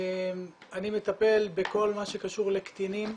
אני מטפל בכל מה שקשור לקטינים,